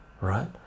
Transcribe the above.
right